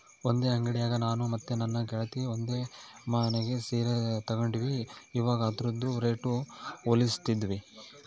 ಒಂದೇ ಅಂಡಿಯಾಗ ನಾನು ಮತ್ತೆ ನನ್ನ ಗೆಳತಿ ಒಂದೇ ನಮನೆ ಸೀರೆ ತಗಂಡಿದ್ವಿ, ಇವಗ ಅದ್ರುದು ರೇಟು ಹೋಲಿಸ್ತಿದ್ವಿ